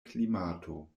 klimato